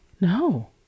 No